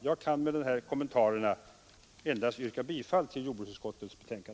Jag kan med de här kommentarerna endast yrka bifall till jordbruksutskottets hemställan.